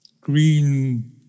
green